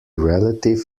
relative